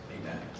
Amen